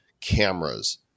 cameras